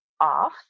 off